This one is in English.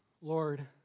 Lord